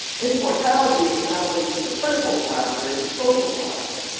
infant mortality is not only just a clinical barometer, it's a social barometer.